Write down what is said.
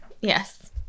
yes